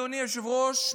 אדוני היושב-ראש,